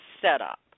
setup